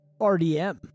RDM